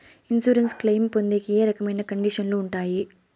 Insurance claim పొందేకి ఏ రకమైన కండిషన్లు ఉంటాయి?